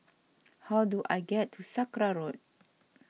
how do I get to Sakra Road